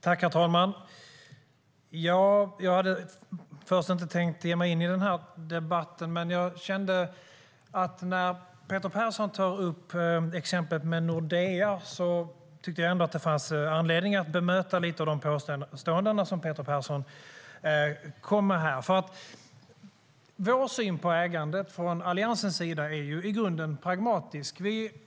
Herr talman! Jag hade först inte tänkt ge mig in i den här debatten, men när Peter Persson tog upp exemplet med Nordea tyckte jag att det trots allt fanns anledning att bemöta en del av de påståenden som Peter Persson kom med. Alliansens syn på ägande är i grunden pragmatisk.